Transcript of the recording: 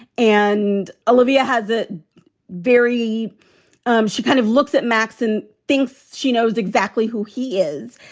and olivia has a very um she kind of looks at max and thinks she knows exactly who he is.